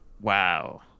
Wow